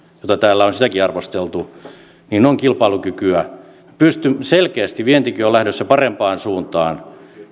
jota sitäkin on täällä arvosteltu on kilpailukykyä selkeästi vientikin on lähdössä parempaan suuntaan